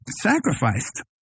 sacrificed